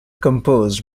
composed